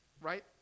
right